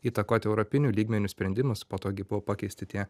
įtakoti europiniu lygmeniu sprendimus po to gi buvo pakeisti tie